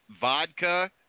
Vodka